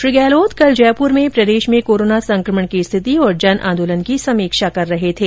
श्री गहलोत कल जयपुर में प्रदेश में कोरोना संक्रमण की स्थिति और जन आन्दोलन की समीक्षा कर रहे थे